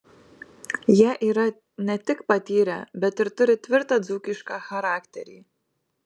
jie yra ne tik patyrę bet ir turi tvirtą dzūkišką charakterį